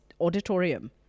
Auditorium